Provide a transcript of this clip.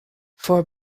for